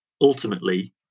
Ultimately